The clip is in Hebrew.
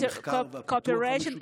את המחקר והפיתוח